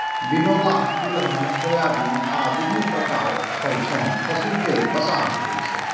बिनौला, तिलहन, सोयाबिन आ विभिन्न प्रकार खल सं पशु कें वसा भेटै छै